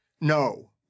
No